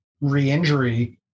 re-injury